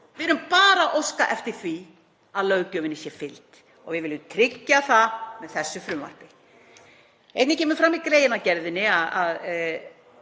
Við erum bara að óska eftir því að löggjöfinni sé fylgt og við viljum tryggja það með þessu frumvarpi. Einnig kemur fram í greinargerðinni að